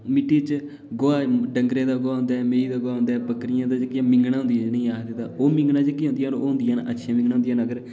मिट्टी च गोहा गोहा डंगरें दा गोहा होंदा ऐ जेह्का मेही दा गोहा होंदा ऐ बकरी दियां मिंङनां होदिंयां जेह्डियां मिंङनां जेह्की होंदियां ओह् अच्छी मिंङनां होंदियां न